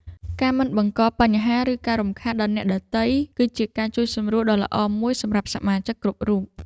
ការមិនបង្កបញ្ហា ឬការរំខានដល់អ្នកដទៃ គឺជាការជួយសម្រួលដ៏ល្អមួយសម្រាប់សមាជិកគ្រប់រូប។